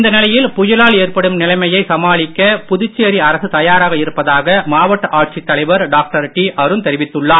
இந்நிலையில் புயலால் ஏற்படும் நிலையை சமாளிக்க புதுச்சேரி அரசு தயாராக இருப்பதாக மாவட்ட ஆட்சித் தலைவர் டாக்டர் அருண் தெரிவித்துள்ளார்